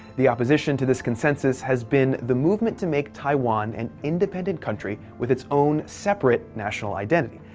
the opposition to this consensus has been the movement to make taiwan an independent country with it's own, separate, national identity.